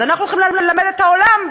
אז אנחנו הולכים ללמד את העולם,